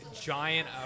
giant